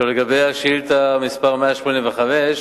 1. לגבי שאילתא 185,